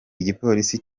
igipolisi